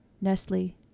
Nestle